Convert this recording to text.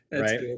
right